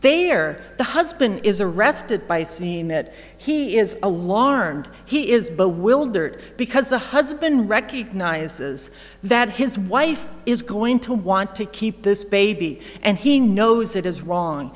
are the husband is arrested by seeing that he is a long term he is but will dirt because the husband recognizes that his wife is going to want to keep this baby and he knows it is wrong